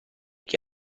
che